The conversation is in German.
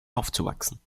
aufzuwachsen